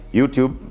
YouTube